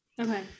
Okay